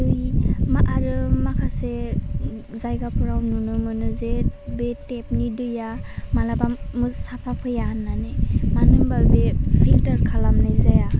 दै मा आरो माखासे जायगाफोराव नुनो मोनो जे बे टेपनि दैया मालाबा मो साफा फैया होननानै मानो होनबा बे फिल्टार खालामनाय जाया